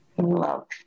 love